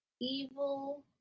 evil